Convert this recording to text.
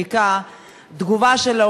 אני הגשתי את החוק הזה אחרי ארבעה חודשים